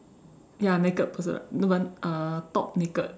ya naked person no but uh top naked